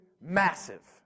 massive